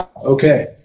okay